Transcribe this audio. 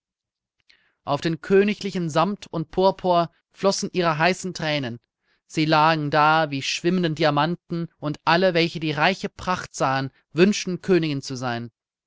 auf den königlichen samt und purpur flossen ihre heißen thränen sie lagen da wie schwimmende diamanten und alle welche die reiche pracht sahen wünschten königin zu sein